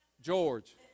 George